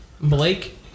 Blake